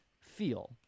feel